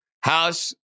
house